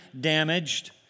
damaged